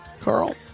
Carl